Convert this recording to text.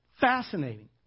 fascinating